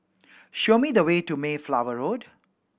show me the way to Mayflower Road